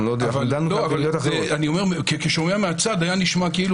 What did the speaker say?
אנחנו דנו על --- כשומע מהצד היה נשמע כאילו